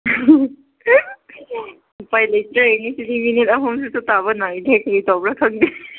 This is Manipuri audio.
ꯎꯄꯥꯏ ꯂꯩꯇ꯭ꯔꯦ ꯉꯁꯤꯗꯤ ꯃꯤꯅꯤꯠ ꯑꯍꯨꯝꯁꯤꯁꯨ ꯇꯥꯕ ꯅꯥꯏꯗ꯭ꯔꯦ ꯀꯔꯤ ꯇꯧꯕ꯭ꯔꯥ ꯈꯪꯗꯦ